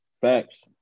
facts